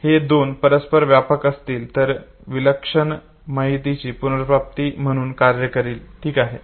जर हे दोन परस्पर व्यापक असतील तर हे एक विलक्षण माहितीची पुनर्प्राप्ती म्हणून कार्य करेल ठीक आहे